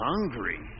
hungry